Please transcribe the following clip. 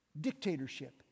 dictatorship